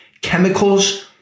chemicals